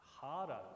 harder